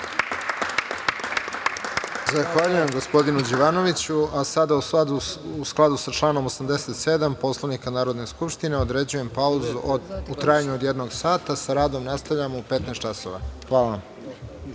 Zahvaljujem gospodinu Đivanoviću. Sada, u skladu sa članom 87. Poslovnika Narodne skupštine, određujem pauzu u trajanju od jednog sata. Sa radom nastavljamo u 15.00